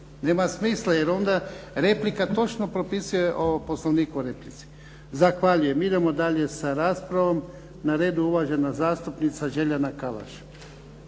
nema smisla, jer onda replika točno propisuje ovo, poslovnik o replici. Zahvaljujem. Idemo dalje sa raspravom. Na redu je uvažena zastupnica Željana Kalaš.